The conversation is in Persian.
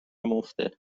مفته